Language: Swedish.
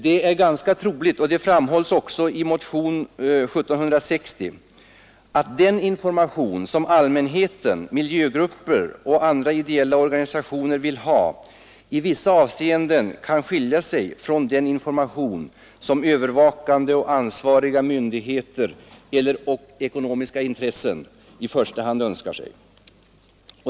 Det är ganska troligt — och det framhålls också i motion 1760 — att den information som allmänheten, miljögrupper och andra ideella organisationer vill ha i vissa avseenden kan skilja sig från den information som övervakande och ansvariga myndigheter eller ekonomiska intressen i första hand önskar sig.